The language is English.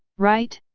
right?